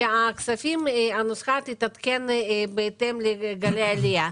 שהנוסחה תתעדכן בהתאם לגלי העלייה.